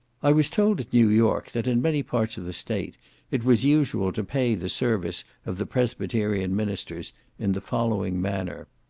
i was told at new york, that in many parts of the state it was usual to pay the service of the presbyterian ministers in the following manner.